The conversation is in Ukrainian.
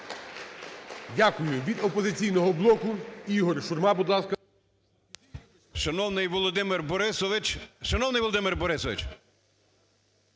Дякую. Від "Опозиційного блоку" Ігор Шурма, будь ласка.